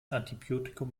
antibiotikum